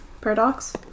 Paradox